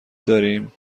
داریم